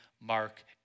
Mark